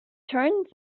turns